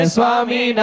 Swami